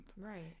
Right